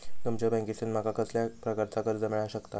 तुमच्या बँकेसून माका कसल्या प्रकारचा कर्ज मिला शकता?